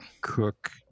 cook